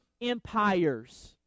empires